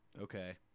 Okay